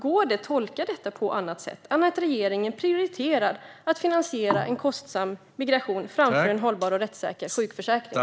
Går det att tolka detta på något annat sätt än att regeringen prioriterar att finansiera en kostsam migration framför en hållbar och rättssäker sjukförsäkring?